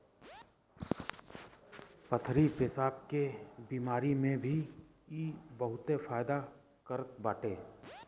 पथरी पेसाब के बेमारी में भी इ बहुते फायदा करत बाटे